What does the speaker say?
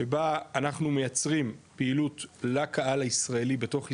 שבה אנחנו מייצרים פעילות לקהל הישראלי בתוך ישראל,